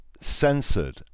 censored